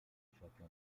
chacun